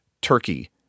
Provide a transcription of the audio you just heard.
turkey